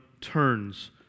turns